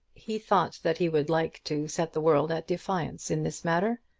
he thought that he would like to set the world at defiance in this matter.